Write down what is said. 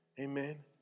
Amen